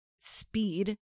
speed